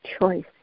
choice